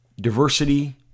diversity